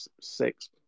six